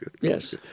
Yes